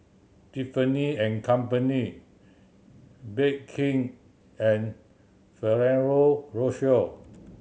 Tiffany and Company Bake King and Ferrero Rocher